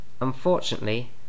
Unfortunately